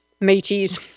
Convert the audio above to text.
Mateys